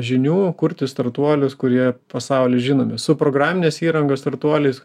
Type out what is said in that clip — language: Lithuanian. žinių kurti startuolius kurie pasauly žinomi su programinės įrangos startuoliais